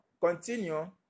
continue